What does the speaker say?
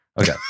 Okay